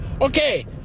Okay